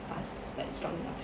fast like strong enough